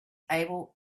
able